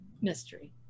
mystery